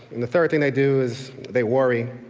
and the third thing they do is they worry.